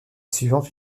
suivante